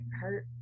hurt